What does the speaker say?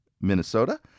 Minnesota